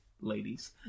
ladies